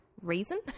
reason